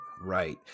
Right